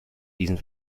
diesen